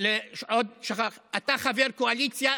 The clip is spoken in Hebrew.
אתה חבר קואליציה,